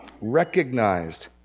recognized